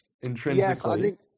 intrinsically